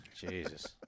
Jesus